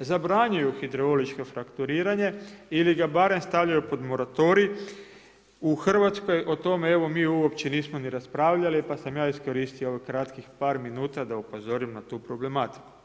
zabranjuju hidrauličko frakturiranje ili ga barem stavljaju pod moratorij, u Hrvatskoj o tome evo mi uopće nismo ni raspravljali pa sam ja iskoristio ovih kratkih par minuta da upozorim na tu problematiku.